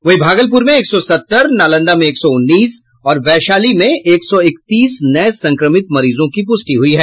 वहीं भागलपुर में एक सौ सत्तर नालंदा में एक सौ उन्नीस और वैशाली में एक सौ इकतीस नये संक्रमित मरीजों की पुष्टि हुई है